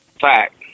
Fact